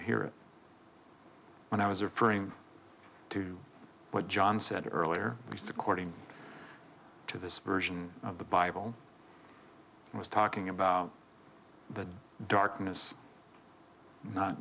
hear it when i was referring to what john said earlier least according to this version of the bible was talking about the darkness not